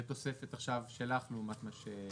זה תוספת עכשיו שלך לעומת מה שהובא.